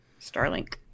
Starlink